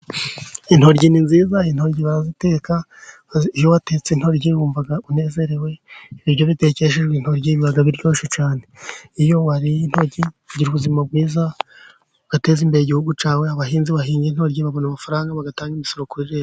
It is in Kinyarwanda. Intoryi ni nziza, Intoryi baraziteka iyo watetse intoryi wumva unezerewe , ibiryo bitetsemo intoryi biba biryoshe cyane .iyo wariye intoryi ugira ubuzima bwiza, ugateza imbere igihugu cyawe, abahinzi bahinga intoryi babona amafaranga bagatanga imisoro kuri Leta.